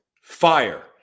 fire